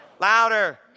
Louder